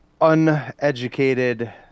uneducated